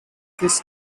this